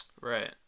Right